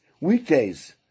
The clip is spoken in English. weekdays